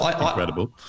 Incredible